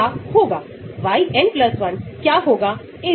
तो log p बहुत महत्वपूर्ण भूमिका निभाता है